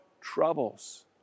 troubles